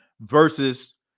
versus